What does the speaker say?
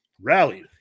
rallied